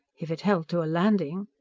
if it held to a landing